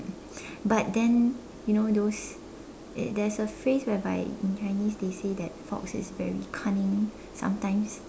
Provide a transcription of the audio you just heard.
but then you know those there's a phrase whereby in Chinese they say that fox is very cunning sometimes